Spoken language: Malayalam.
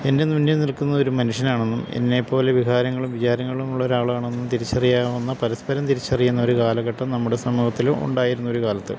എൻ്റെ മുന്നിൽനിൽക്കുന്നതൊരു മനുഷ്യനാണെന്നും എന്നേപ്പോലെ വികാരങ്ങളും വിചാരങ്ങളുമുള്ളൊരാളാണെന്നും തിരിച്ചറിയാവുന്ന പരസ്പരം തിരിച്ചറിയുന്ന ഒരു കാലഘട്ടം നമ്മുടെ സമൂഹത്തില് ഉണ്ടായിരുന്ന ഒരു കാലത്ത്